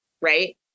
right